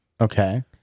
Okay